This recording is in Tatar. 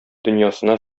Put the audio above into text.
дөньясына